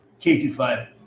K25